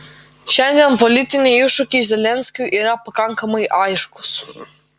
šiandien politiniai iššūkiai zelenskiui yra pakankamai aiškūs